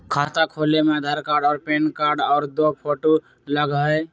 खाता खोले में आधार कार्ड और पेन कार्ड और दो फोटो लगहई?